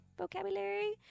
vocabulary